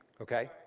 okay